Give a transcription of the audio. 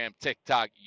TikTok